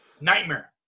Nightmare